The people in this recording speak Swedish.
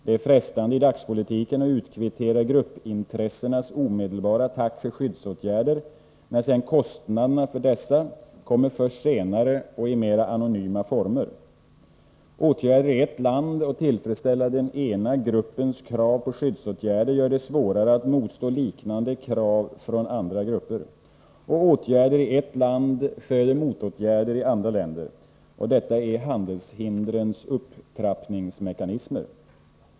Det är frestande i dagspolitiken att utkvittera gruppintressenas omedelbara tack för skyddsåtgärder när kostnaderna för dessa kommer först senare och i mera anonyma former. Åtgärder i ett land för att tillfredsställa den ena gruppens krav på skyddsåtgärder gör det svårare att motstå liknande krav från andra grupper. Åtgärder i ett land föder motåtgärder i andra länder. Detta är handelshindrens upptrappningsmekanismer.